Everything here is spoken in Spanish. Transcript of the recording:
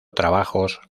trabajos